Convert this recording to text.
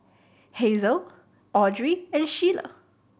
Hazle Audry and Sheyla